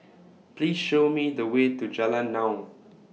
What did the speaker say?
Please Show Me The Way to Jalan Naung